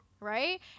Right